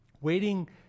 waiting